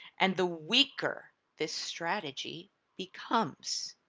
and the weaker this strategy becomes.